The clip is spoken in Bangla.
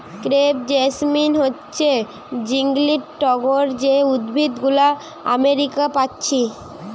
ক্রেপ জেসমিন হচ্ছে জংলি টগর যে উদ্ভিদ গুলো আমেরিকা পাচ্ছি